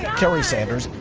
kerry sanders,